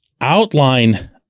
outline